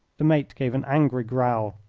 the mate gave an angry growl.